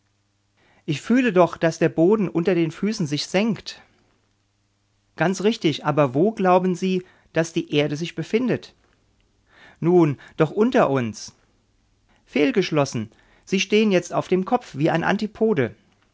ich fühle doch daß der boden unter den füßen sich senkt ganz richtig aber wo glauben sie daß die erde sich befindet nun doch unter uns fehlgeschossen sie stehen jetzt auf dem kopf wie ein antipode